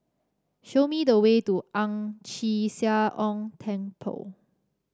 show me the way to Ang Chee Sia Ong Temple